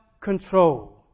control